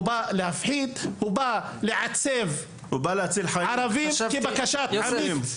הוא בא להפחיד, הוא בא לעצב ערבים כבקשת עמית.